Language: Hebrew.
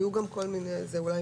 היו גם כל מיני גורמים